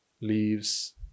leaves